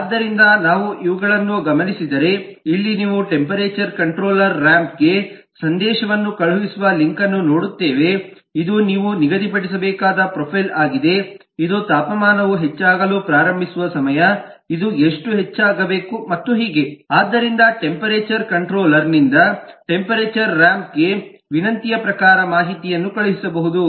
ಆದ್ದರಿಂದ ನಾವು ಇವುಗಳನ್ನು ಗಮನಿಸಿದರೆ ಇಲ್ಲಿ ನೀವು ಟೆಂಪರೇಚರ್ ಕಂಟ್ರೋಲರ್ ರಾಂಪ್ಗೆ ಸಂದೇಶವನ್ನು ಕಳುಹಿಸುವ ಲಿಂಕ್ ಅನ್ನು ನೋಡುತ್ತೇವೆ ಇದು ನೀವು ನಿಗದಿಪಡಿಸಬೇಕಾದ ಪ್ರೊಫೈಲ್ ಆಗಿದೆ ಇದು ತಾಪಮಾನವು ಹೆಚ್ಚಾಗಲು ಪ್ರಾರಂಭಿಸುವ ಸಮಯ ಇದು ಎಷ್ಟು ಹೆಚ್ಚಾಗಬೇಕು ಮತ್ತು ಹೀಗೆ ಆದ್ದರಿಂದ ಟೆಂಪರೇಚರ್ ಕಂಟ್ರೋಲರ್ನಿಂದ ಟೆಂಪರೇಚರ್ ರಾಂಪ್ಗೆ ವಿನಂತಿಯ ಪ್ರಕಾರ ಮಾಹಿತಿಯನ್ನು ಕಳುಹಿಸಬಹುದು